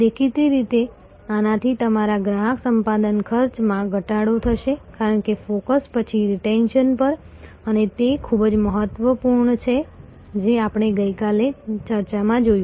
દેખીતી રીતે આનાથી તમારા ગ્રાહક સંપાદન ખર્ચમાં ઘટાડો થશે કારણ કે ફોકસ પછી રીટેન્શન પર છે અને તે ખૂબ જ મહત્વપૂર્ણ છે જે આપણે ગઈકાલની ચર્ચામાં જોયું